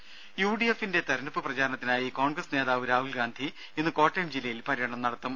രും യുഡിഎഫിന്റെ തിരഞ്ഞെടുപ്പ് പ്രചരണത്തിനായി കോൺഗ്രസ് നേതാവ് രാഹുൽ ഗാന്ധി ഇന്ന് കോട്ടയം ജില്ലയിൽ പര്യടനം നടത്തും